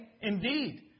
indeed